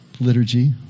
liturgy